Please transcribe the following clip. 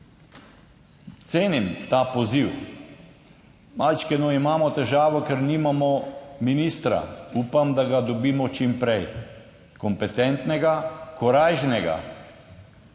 Cenim ta poziv. Malo imamo težavo, ker nimamo ministra. Upam, da ga dobimo čim prej, kompetentnega, korajžnega.